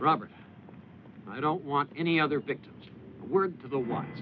robert i don't want any other victims were the ones